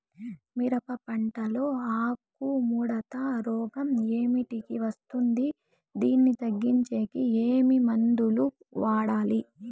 మిరప పంట లో ఆకు ముడత రోగం ఏమిటికి వస్తుంది, దీన్ని తగ్గించేకి ఏమి మందులు వాడాలి?